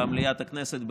במליאת הכנסת,